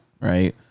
Right